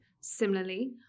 Similarly